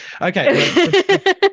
okay